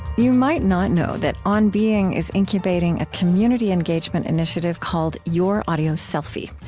you might not know that on being is incubating a community engagement initiative called your audio selfie.